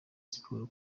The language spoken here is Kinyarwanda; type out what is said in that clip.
sports